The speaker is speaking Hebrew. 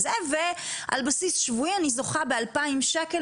ועל בסיס שבועי אני זוכה ב-2,000 שקל